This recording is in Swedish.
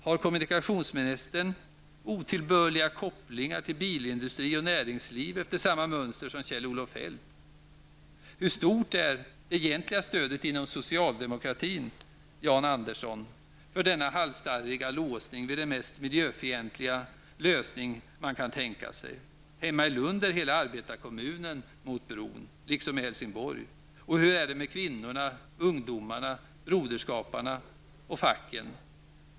Har kommunikationsministern otillbörliga kopplingar till bilindustrin och näringslivet efter samma mönster som Kjell-Olof Feldt? Hur stort är, Jan Andersson, det egentliga stödet inom socialdemokratin för denna halsstarriga låsning vid den mest miljöfientliga lösning man kan tänka sig? Hemma i Lund liksom i Helsingborg är hela arbetarkommunen mot bron. Hur är det med kvinnorna, ungdomarna, broderskaparna och facken?